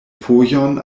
fojon